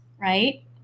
right